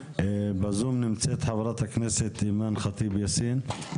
אשרת גני גונן, בבקשה.